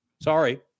Sorry